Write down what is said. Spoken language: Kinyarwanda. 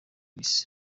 isi